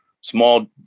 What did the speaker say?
small